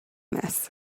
this